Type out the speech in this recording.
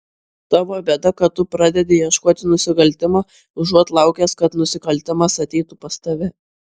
tavo bėda kad tu pradedi ieškoti nusikaltimo užuot laukęs kad nusikaltimas ateitų pas tave